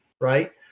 right